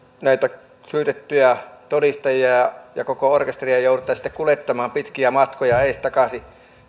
näitä syytettyjä todistajia ja ja koko orkesteria joudutaan sitten kuljettamaan pitkiä matkoja edestakaisin